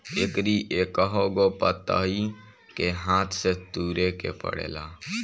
एकरी एकहगो पतइ के हाथे से तुरे के पड़ेला